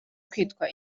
kwitwa